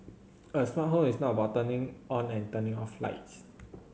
a smart home is not about turning on and turning off lights